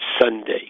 Sunday